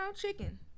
chicken